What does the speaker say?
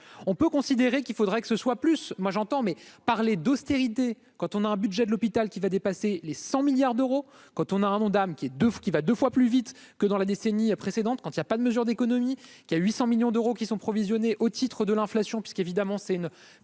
on peut considérer qu'il faudrait que ce soit plus moi j'entends, mais parler d'austérité quand on a un budget de l'hôpital qui va dépasser les 100 milliards d'euros, quand on a un Ondam qui est d'oeuf qui va 2 fois plus vite que dans la décennie précédente, quand il y a pas de mesures d'économie qui, à 800 millions d'euros qui sont provisionnées au titre de l'inflation puisqu'évidemment, c'est une